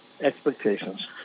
expectations